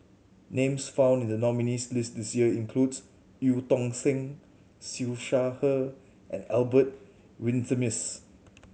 names found in the nominees' list this year includes Eu Tong Sen Siew Shaw Her and Albert Winsemius